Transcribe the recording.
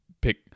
pick